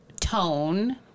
tone